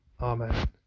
Amen